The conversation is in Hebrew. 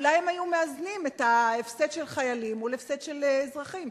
אולי הם היו מאזנים את ההפסד של חיילים מול הפסד של אזרחים.